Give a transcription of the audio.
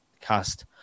cast